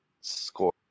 score